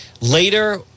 later